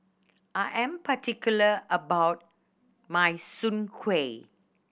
I am particular about my Soon Kueh